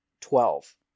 Twelve